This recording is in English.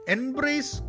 Embrace